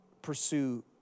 Pursue